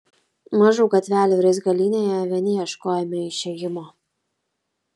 mažų gatvelių raizgalynėje vieni ieškojome išėjimo